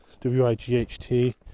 W-I-G-H-T